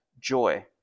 joy